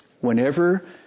Whenever